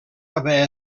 haver